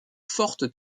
forte